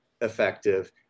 effective